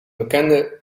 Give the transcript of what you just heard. bekende